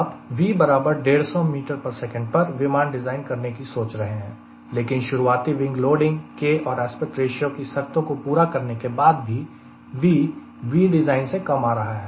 आप V बराबर 150 ms पर विमान डिज़ाइन करने की सोच रहे हैं लेकिन शुरुआती विंग लोडिंग K और एस्पेक्ट रेशियों की शर्तों को पूरा करने के बाद भी V V डिज़ाइन से कम आ रहा है